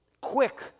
Quick